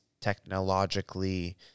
technologically